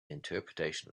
interpretation